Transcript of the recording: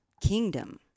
kingdom